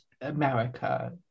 America